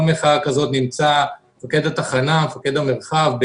מחאה כזאת נמצא מפקד התחנה או מפקד המרחב.